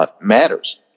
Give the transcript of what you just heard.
matters